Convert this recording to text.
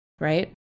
right